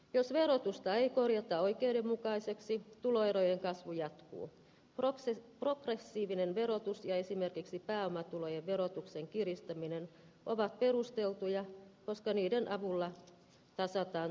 jos ehdotusta ei korjata oikeudenmukaiseksi tuloerojen kasvu jatkuu oloksen progressiivinen verotus ja esimerkiksi pääomatulojen verotuksen kiristäminen ovat perusteltuja koska niiden avulla tasataan